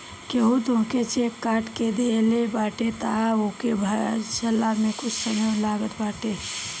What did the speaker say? केहू तोहके चेक काट के देहले बाटे तअ ओके भजला में कुछ समय लागत बाटे